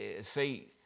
See